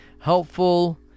Helpful